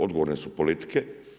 Odgovorne su politike.